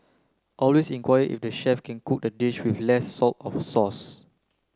always inquire if the chef can cook the dish with less salt of sauce